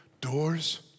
doors